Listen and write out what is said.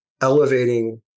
elevating